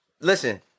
Listen